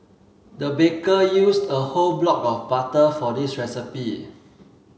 the baker used a whole block of butter for this recipe